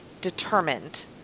determined